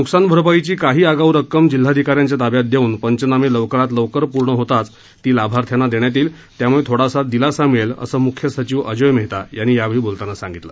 नुकसान भरपाईची काही आगाऊ रक्कम जिल्हाधिकाऱ्यांच्या ताब्यात देऊन पंचनामे लवकरात लवकर पूर्ण होताच ती लाभार्थ्यांना देण्यात येईल त्यामुळे थोडासा दिलासा मिळेल असं मुख्य सचिव अजोय मेहता यांनी यावेळी बोलतांना सांगितलं